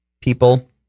people